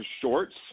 shorts